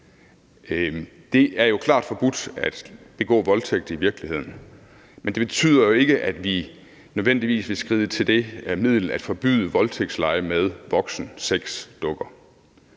Det er klart forbudt at begå voldtægt i virkeligheden, men det betyder jo ikke, at vi nødvendigvis vil skride til det middel at forbyde voldtægtslege med voksensexdukker.